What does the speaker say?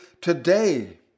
today